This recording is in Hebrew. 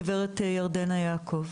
גב' ירדנה יעקב.